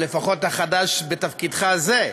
או לפחות החדש בתפקיד זה,